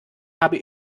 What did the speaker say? habe